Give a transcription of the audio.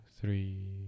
three